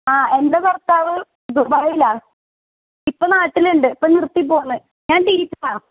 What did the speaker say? ആ എന്റെ ഭർത്താവ് ദുബായിലാണ് ഇപ്പോൾ നാട്ടിലുണ്ട് ഇപ്പം നിർത്തിപ്പോന്ന് ഞാൻ ടീച്ചറാ